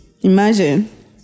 imagine